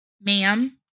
Ma'am